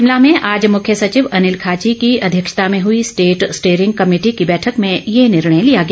शिमला में आज मुख्य सचिव अनिल खाची की अध्यक्षता में हुई स्टेट स्टेयरिंग कमेटी की बैठक में ये निर्णय लिया गया